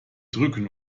drücken